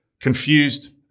confused